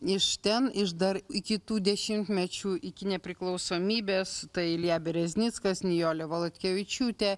iš ten iš dar iki tų dešimtmečių iki nepriklausomybės tai ilja bereznickas nijolė valadkevičiūtė